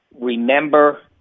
Remember